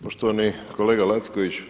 Poštovani kolega Lacković.